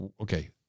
okay